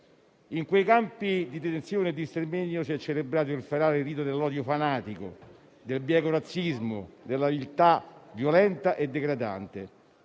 In quei campi di detenzione e di sterminio si è celebrato il ferale rito dell'odio fanatico, del bieco razzismo, della viltà violenta e degradante.